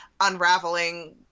unraveling